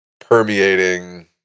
permeating